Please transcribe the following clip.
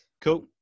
Cool